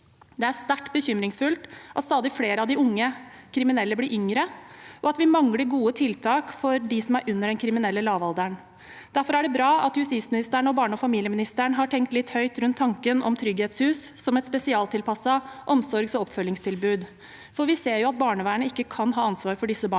Det er sterkt bekymringsfullt at stadig flere av de unge kriminelle blir yngre, og at vi mangler gode tiltak for dem som er under den kriminelle lavalderen. Derfor er det bra at justisministeren og barne- og familieministeren har tenkt litt høyt rundt tanken om trygghetshus som et spesialtilpasset omsorgs- og oppfølgingstilbud, for vi ser jo at barnevernet ikke kan ha ansvar for disse barna alene.